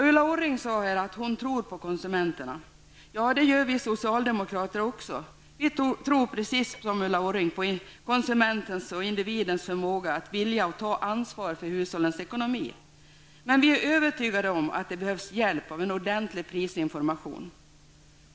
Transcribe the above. Ulla Orring sade att hon tror på konsumenterna. Ja, det gör också vi socialdemokrater. Vi tror precis som Ulla Orring på konsumentens och individens förmåga och vilja att ta ansvar för hushållens ekonomi. Men vi är övertygade om att det behövs hjälp av en ordentlig prisinformation.